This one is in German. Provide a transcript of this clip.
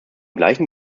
gleichen